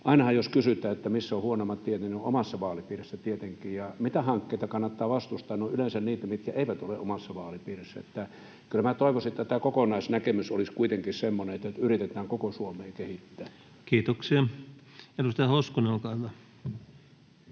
ainahan, jos kysytään, missä on huonoimmat tiet, niin ne ovat omassa vaalipiirissä tietenkin. Ja mitä hankkeita kannattaa vastustaa? Ne ovat yleensä niitä, mitkä eivät ole omassa vaalipiirissä, niin että kyllä minä toivoisin, että tämä kokonaisnäkemys olisi kuitenkin semmoinen, että yritetään koko Suomea kehittää. [Speech 530] Speaker: